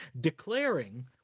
declaring